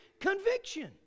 conviction